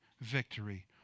victory